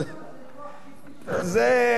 תשמוע זה כוח קדמי,